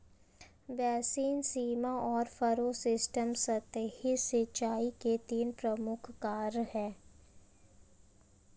basin, सीमा और furrow system सतही सिंचाई के तीन प्रमुख प्रकार है